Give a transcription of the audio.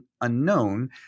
unknown